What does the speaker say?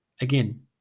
again